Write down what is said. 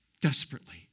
desperately